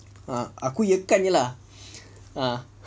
ah aku iya kan aje lah